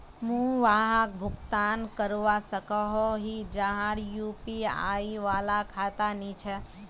मुई वहाक भुगतान करवा सकोहो ही जहार यु.पी.आई वाला खाता नी छे?